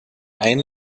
ein